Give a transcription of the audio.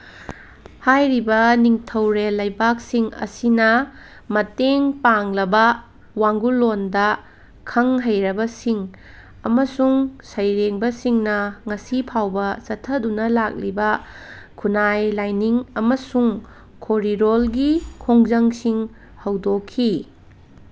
ꯍꯥꯏꯔꯤꯕ ꯅꯤꯡꯊꯧꯔꯦꯜ ꯂꯩꯕꯥꯛꯁꯤꯡ ꯑꯁꯤꯅ ꯃꯇꯦꯡ ꯄꯥꯡꯂꯕ ꯋꯥꯡꯒꯨꯂꯣꯟꯗ ꯈꯪ ꯍꯩꯔꯕꯁꯤꯡ ꯑꯃꯁꯨꯡ ꯁꯩꯔꯦꯡꯕꯁꯤꯡꯅ ꯉꯁꯤ ꯐꯥꯎꯕ ꯆꯠꯊꯗꯨꯅ ꯂꯥꯛꯂꯤꯕ ꯈꯨꯟꯅꯥꯏ ꯂꯥꯏꯅꯤꯡ ꯑꯃꯁꯨꯡ ꯈꯣꯔꯤꯂꯣꯜꯒꯤ ꯈꯣꯡꯖꯪꯁꯤꯡ ꯍꯧꯗꯣꯛꯈꯤ